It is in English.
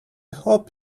hope